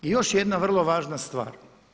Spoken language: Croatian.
I još jedna vrlo važna stvar.